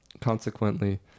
Consequently